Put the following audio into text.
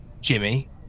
Jimmy